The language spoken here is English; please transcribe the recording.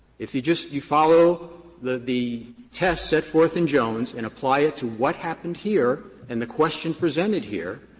if you just you follow the the test set forth in jones and apply it to what happened here and the question presented here,